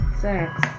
Sex